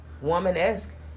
woman-esque